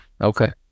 Okay